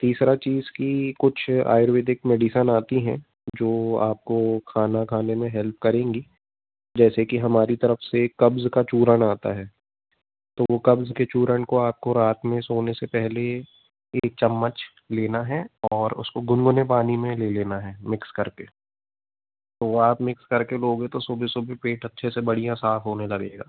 तीसरी चीज़ कि कुछ आयुर्वेदि मेडिसन आती हैं जो आपको खाना खाने में हेल्प करेगी जैसे कि हमारी तरफ़ से कब्ज़ का चूरन आता है तो वो कब्ज़ के चूरन को आपको रात में सोने के पहले एक चम्मच लेना है और उसको गुनगुने पानी में ले लेना है मिक्स कर के वो आप मिक्स कर के लोगे तो सुबह सुबह पेट अच्छे से बढ़िया साफ़ होने लगेगा